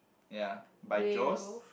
ya by Joe's